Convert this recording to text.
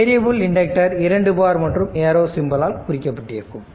variable inductor 2 bar மற்றும் arrow சிம்பலால் குறிக்கப்பட்டிருக்கும்